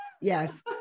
yes